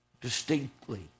distinctly